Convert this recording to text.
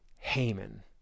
Haman